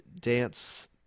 dance